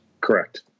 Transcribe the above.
Correct